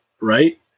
Right